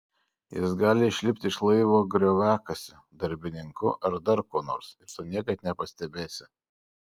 jis gali išlipti iš laivo grioviakasiu darbininku ar dar kuo nors ir tu niekad nepastebėsi